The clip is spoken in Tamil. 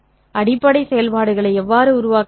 எனவே அடிப்படை செயல்பாடுகளை எவ்வாறு உருவாக்குவது